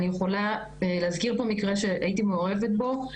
אני יכולה להזכיר פה מקרה שהייתי מעורבת בו,